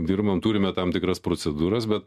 dirbam turime tam tikras procedūras bet